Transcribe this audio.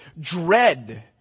dread